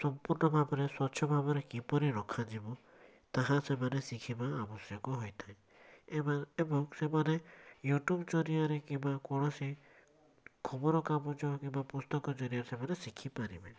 ସଂପୂର୍ଣ୍ଣ ଭାବରେ ସ୍ୱଚ୍ଛ ଭାବରେ କିପରି ରଖାଯିବ ତାହା ସେମାନେ ଶିଖିବା ଆବଶ୍ୟକ ହୋଇଥାଏ ଏବଂ ସେମାନେ ୟୁଟ୍ୟୁବ୍ ଜରିଆରେ କିମ୍ବା କୌଣସି ଖବରକାଗଜ କିମ୍ବା ପୁସ୍ତକ ଜରିଆରେ ସେମାନେ ଶିଖିପାରିବେ